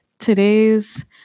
Today's